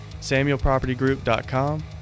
SamuelPropertyGroup.com